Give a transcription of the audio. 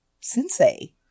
sensei